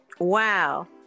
Wow